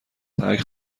ترک